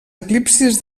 eclipsis